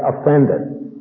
offended